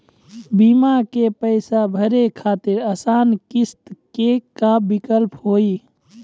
बीमा के पैसा भरे खातिर आसान किस्त के का विकल्प हुई?